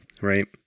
right